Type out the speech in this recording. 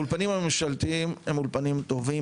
האולפנים הממשלתיים הם אולפנים טובים,